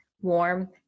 warm